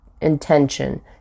intention